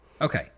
Okay